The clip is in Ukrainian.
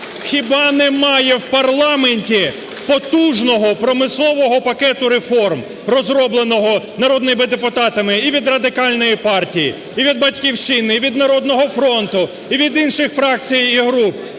Хіба немає в парламенті потужного промислового пакету реформ, розробленого народними депутатами і від Радикальної партії, і від "Батьківщини", і від "Народного фронту", і від інших фракцій і груп?